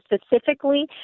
specifically